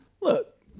look